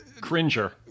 Cringer